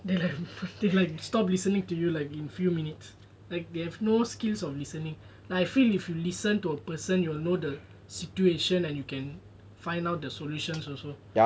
they like they like stopped listening to you like in few minutes like they have no skills of listening like I feel if you listen to a person you will know the situation and you can find out the solutions also